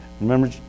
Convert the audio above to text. Remember